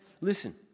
listen